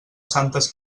santes